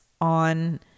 on